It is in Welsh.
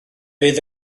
fydd